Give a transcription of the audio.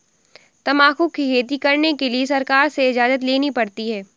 तंबाकू की खेती करने के लिए सरकार से इजाजत लेनी पड़ती है